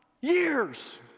years